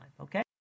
okay